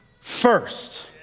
first